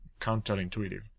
counterintuitive